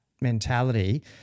mentality